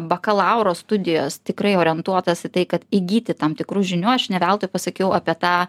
bakalauro studijos tikrai orientuotas į tai kad įgyti tam tikrų žinių aš ne veltu pasakiau apie tą